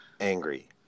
angry